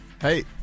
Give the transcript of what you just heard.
Hey